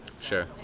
Sure